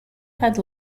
had